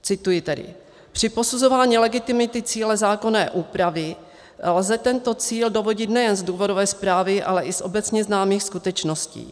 Cituji: Při posuzování legitimity cíle zákonné úpravy lze tento cíl dovodit nejen z důvodové zprávy, ale i z obecně známých skutečností.